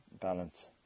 balance